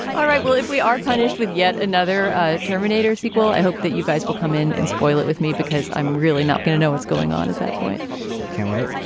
all right. well if we are punished with yet another ah terminator sequel i hope that you guys will come in and spoil it with me because i'm really not going to know what's going on at that point can't wait.